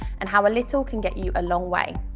and how a little can get you a long way,